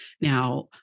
Now